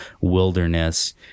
wilderness